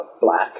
black